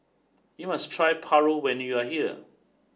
you must try Paru when you are here